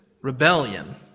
rebellion